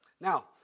now